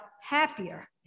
happier